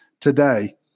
today